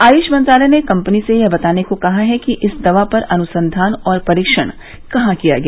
आयुष मंत्रालय ने कम्पनी से यह बताने को कहा है कि इस दवा पर अनुसंधान और परीक्षण कहां किया गया